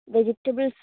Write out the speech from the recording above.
vegetables